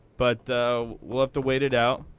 but we'll have to wait it out.